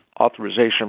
authorization